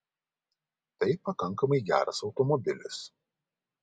tai pakankamai geras automobilis